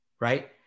right